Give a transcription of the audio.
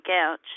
couch